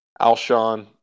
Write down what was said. Alshon